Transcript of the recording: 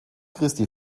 christi